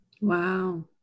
Wow